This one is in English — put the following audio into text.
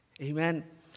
Amen